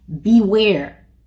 Beware